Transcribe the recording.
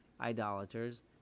idolaters